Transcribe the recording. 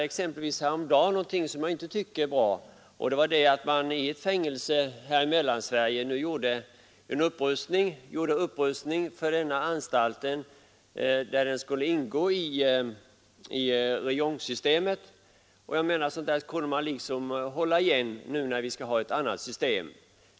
Häromdagen hörde jag talas om något som jag inte tyckte var bra, nämligen att vid ett fängelse här i Mellansverige upprustades anstalten med tanke på att den skulle ingå i räjongsystemet. Där hade man bort hålla igen, eftersom vi ju skall ha ett annat system.